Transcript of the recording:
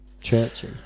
churchy